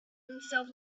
himself